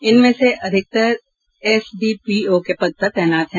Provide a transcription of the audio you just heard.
इनमें से अधिकतर एसडीपीओ के पद पर तैनात है